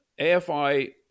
AFI